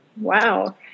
Wow